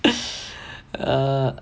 uh